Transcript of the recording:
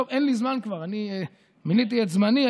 אין לי זמן כבר, אני מילאתי את זמני.